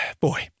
boy